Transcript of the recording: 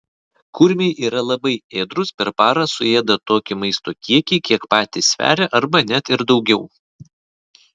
kurmiai yra labai ėdrūs per parą suėda tokį maisto kiekį kiek patys sveria arba net ir daugiau